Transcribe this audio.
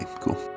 cool